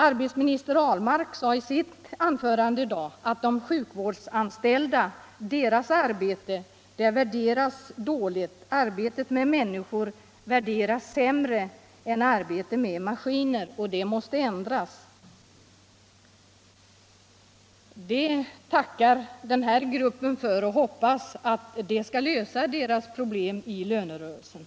Arbetsmarknadsminister Ahlmark sade i sitt anförande i dag att de sjukvårdsanställdas arbete värderas dåligt; arbetet med människor värderas sämre än arbetet med maskiner, och det måste ändras. Det tackar den här gruppen för och hoppas att det skall lösa deras problem i lönerörelsen.